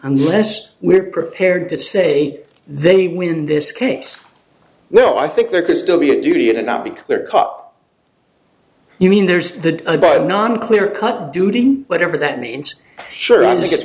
unless we're prepared to say they win this case well i think there could still be a duty to not be clear cut you mean there's the non clear cut duty whatever that means sure on this it's